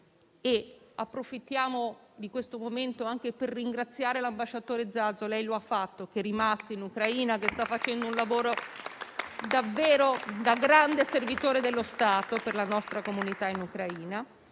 e approfittiamo di questo momento anche per ringraziare - lei lo ha fatto - l'ambasciatore Zazo che è rimasto in Ucraina, che sta facendo un lavoro davvero da grande servitore dello Stato per la nostra comunità in Ucraina.